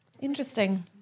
Interesting